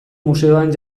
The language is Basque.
museoan